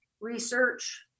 research